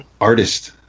artist